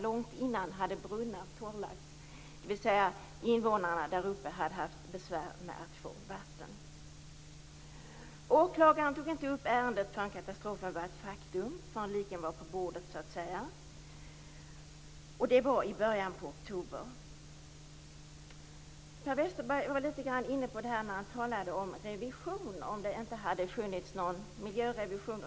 Brunnar hade torrlagts långt tidigare och invånarna hade haft besvär med att få vatten. Åklagaren tog inte upp ärendet förrän katastrofen var ett faktum - förrän liken var på bordet så att säga. Det skedde i början på oktober. Per Westerberg frågade om det inte hade gjorts någon miljörevision.